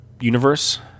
universe